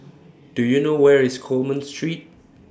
Do YOU know Where IS Coleman Street